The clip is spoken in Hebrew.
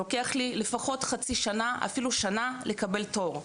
לוקח לי לפחות חצי שנה, אפילו שנה לקבל תור.